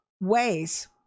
ways